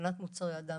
הכנת מוצרי הדם